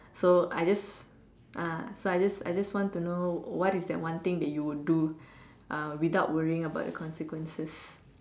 so I just ah so I just I just want to know what is the one thing that you would do uh without worrying about the consequences